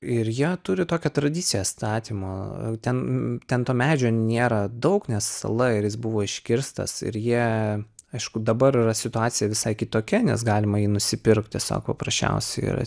ir jie turi tokią tradiciją statymo ten ten to medžio nėra daug nes sala ir jis buvo iškirstas ir jie aišku dabar yra situacija visai kitokia nes galima jį nusipirkt tiesiog prasčiausiai ir